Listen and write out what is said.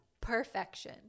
perfection